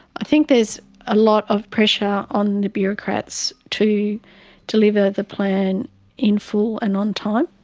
i think there's a lot of pressure on the bureaucrats to deliver the plan in full and on time.